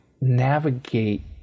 navigate